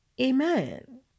Amen